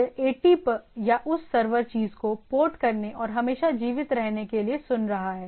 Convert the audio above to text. यह 80 या उस सर्वर चीज़ को पोर्ट करने और हमेशा जीवित रहने के लिए सुन रहा है